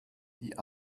die